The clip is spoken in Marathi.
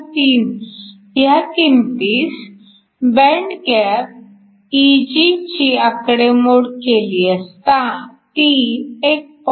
3 ह्या किंमतीस बँड गॅप Eg ची आकडेमोड केली असता ती 1